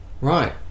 Right